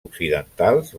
occidentals